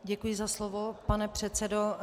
Děkuji za slovo, pane předsedo.